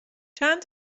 چند